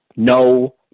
No